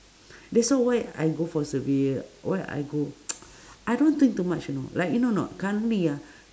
that's wh~ why I go for survey why I go I don't think too much you know like you know not currently ah